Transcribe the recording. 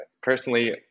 personally